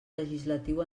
legislatiu